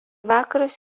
vakarus